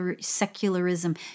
secularism